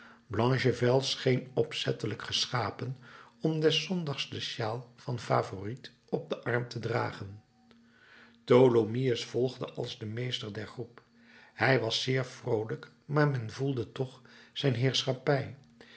blachevelle scheen opzettelijk geschapen om des zondags de shawl van favourite op den arm te dragen tholomyès volgde als de meester der groep hij was zeer vroolijk maar men voelde toch zijn heerschappij